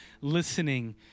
listening